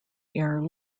air